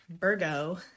Virgo